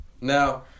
now